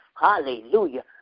hallelujah